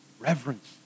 Reverence